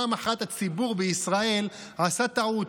פעם אחת הציבור בישראל עשה טעות,